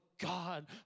God